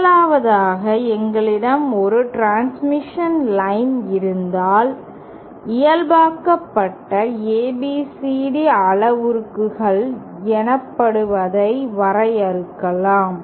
முதலாவதாக எங்களிடம் ஒரு டிரன்ஸ்மிஷன் லைன் இருந்தால் இயல்பாக்கப்பட்ட ABCD அளவுருக்கள் எனப்படுவதை வரையறுக்கலாம்